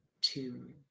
two